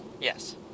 Yes